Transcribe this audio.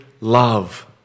love